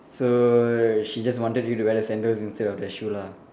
so she just wanted you to wear the sandals instead of that shoe lah